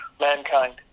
mankind